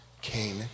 Cain